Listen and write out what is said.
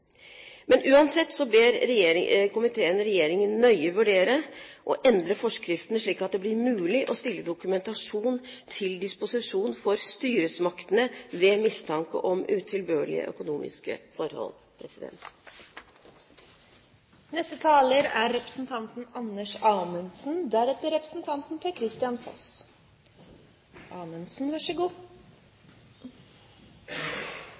Men uansett ber komiteen regjeringen nøye vurdere å endre forskriftene slik at det blir mulig å stille dokumentasjon til disposisjon for styresmaktene ved mistanke om utilbørlige økonomiske forhold.